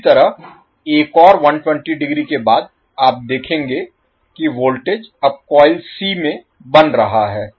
इसी तरह एक और 120 डिग्री के बाद आप देखेंगे कि वोल्टेज अब कॉइल सी में बन रहा है